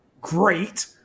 great